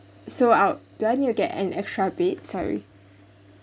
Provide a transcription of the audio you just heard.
so I'll do I need to get an extra bed sorry